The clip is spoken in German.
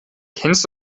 kennst